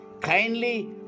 Kindly